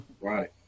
Right